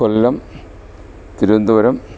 Kollam Thiruvananthapuram